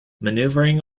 maneuvering